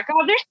God